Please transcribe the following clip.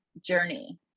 journey